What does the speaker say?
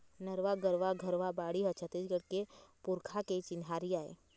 नरूवा, गरूवा, घुरूवा, बाड़ी ह छत्तीसगढ़ के पुरखा के चिन्हारी आय